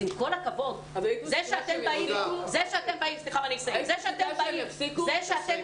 אבל היית מסכימה שהם יפסיקו?